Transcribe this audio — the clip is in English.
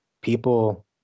people